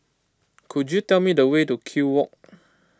could you tell me the way to Kew Walk